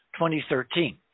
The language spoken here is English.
2013